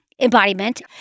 embodiment